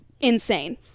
insane